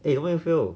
eh where you feel